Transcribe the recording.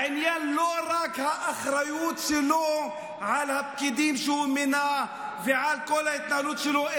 העניין הוא לא רק האחריות שלו על הפקידים שהוא מינה וכל ההתנהלות שלו,